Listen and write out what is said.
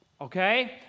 Okay